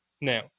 now